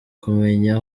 kumenya